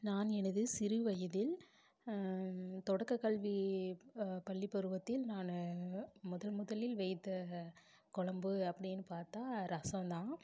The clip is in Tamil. நான் எனது சிறு வயதில் தொடக்கக்கல்வி பள்ளிப்பருவத்தில் நான் முதல் முதலில் வைத்த குழம்பு அப்படின்னு பார்த்தா ரசம் தான்